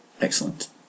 Excellent